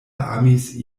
amis